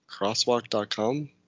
Crosswalk.com